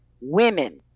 women